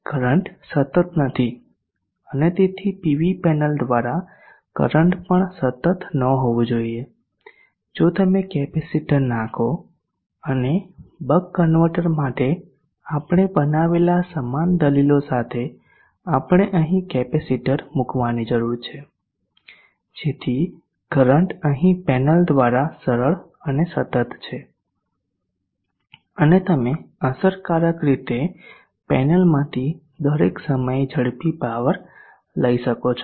current સતત નથી અને તેથી પીવી પેનલ દ્વારા કરંટ પણ સતત ન હોવું જોઈએ જો તમે કેપેસિટર નાંખો અને બક કન્વર્ટર માટે આપણે બનાવેલા સમાન દલીલો સાથે આપણે અહીં કેપેસિટર મૂકવાની જરૂર છે જેથી કરંટ અહીં પેનલ દ્વારા સરળ અને સતત છે અને તમે અસરકારક રીતે પેનલમાંથી દરેક સમયે ઝડપી પાવર લઈ શકો છો